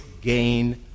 gain